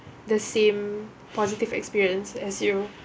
the same positive experience as you